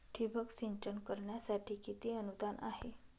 ठिबक सिंचन करण्यासाठी किती अनुदान आहे?